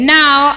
now